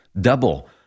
double